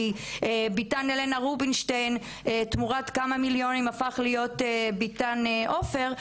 כי ביתן הלנה רובינשטיין תמורת כמה מיליונים הפך להיות ביתן עופר,